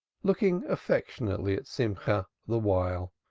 looking affectionately at simcha the while.